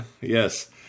yes